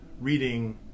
reading